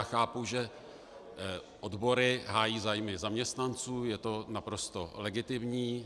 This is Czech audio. Chápu, že odbory hájí zájmy zaměstnanců, je to naprosto legitimní.